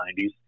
90s